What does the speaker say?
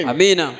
Amen